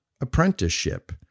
Apprenticeship